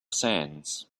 sands